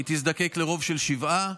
היא תזדקק לרוב של שבעה,